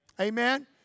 Amen